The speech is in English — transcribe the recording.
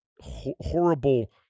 horrible